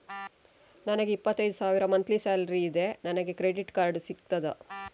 ನನಗೆ ಇಪ್ಪತ್ತೈದು ಸಾವಿರ ಮಂತ್ಲಿ ಸಾಲರಿ ಇದೆ, ನನಗೆ ಕ್ರೆಡಿಟ್ ಕಾರ್ಡ್ ಸಿಗುತ್ತದಾ?